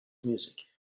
music